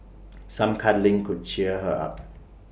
some cuddling could cheer her up